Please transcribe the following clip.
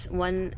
one